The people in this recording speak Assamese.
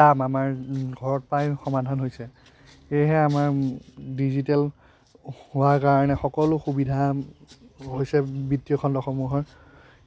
কাম আমাৰ ঘৰৰ পৰাই সমাধান হৈছে সেয়েহে আমাৰ ডিজিটেল হোৱা কাৰণে সকলো সুবিধা হৈছে বৃত্তীয় খণ্ডসমূহৰ